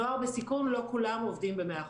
נוער בסיכון, לא כולם עובדים במאה אחוז.